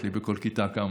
יש לי בכל כיתה כמה.